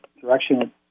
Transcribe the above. direction